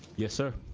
yes sir